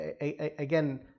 again